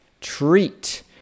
treat